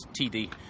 TD